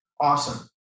awesome